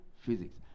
physics